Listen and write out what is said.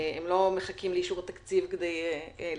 הם לא מחכים לאישור התקציב כדי להתקיים,